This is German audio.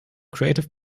creative